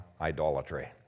idolatry